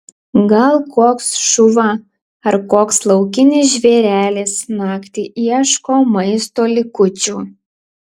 gal koks šuva ar koks laukinis žvėrelis naktį ieško maisto likučių